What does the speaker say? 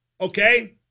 Okay